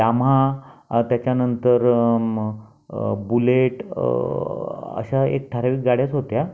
Yamaha त्याच्यानंतर Bullet अशा एक ठराविक गाड्याच होत्या